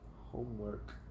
homework